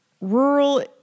rural